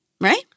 right